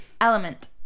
element